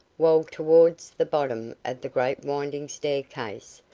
while towards the bottom the great winding staircase,